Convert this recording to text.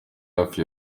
hafi